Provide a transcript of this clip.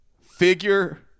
Figure